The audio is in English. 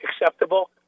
acceptable